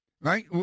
right